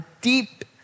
deep